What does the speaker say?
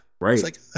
Right